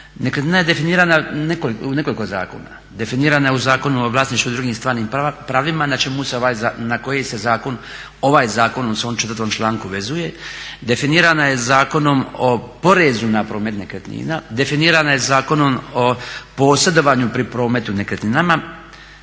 Nekretnina je definirana u nekoliko zakona, definirana je u Zakonu o vlasništvu i drugih stvarnim pravima na koje se ovaj zakon u svom 4. članku vezuje. Definirana je Zakonom o porezu na promet nekretnina, definirana je Zakonom o posredovanju pri prometu nekretninama